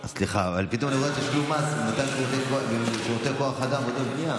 אבל פתאום אני רואה תשלום מס במתן שירותי כוח אדם ועבודות בנייה,